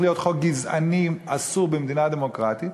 להיות חוק גזעני אסור במדינה דמוקרטית,